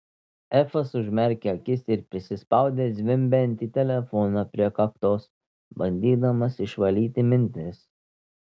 efas užmerkė akis ir prisispaudė zvimbiantį telefoną prie kaktos bandydamas išvalyti mintis